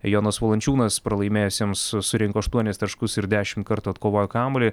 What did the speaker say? jonas valančiūnas pralaimėjusiems su surinko aštuonis taškus ir dešimt kartų atkovojo kamuolį